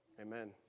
Amen